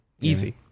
Easy